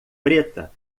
preta